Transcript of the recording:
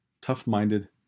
tough-minded